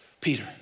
Peter